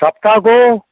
ସପ୍ତାହକୁ